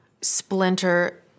splinter